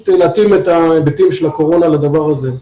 להתאים את ההיבטים של הקורונה לדבר הזה.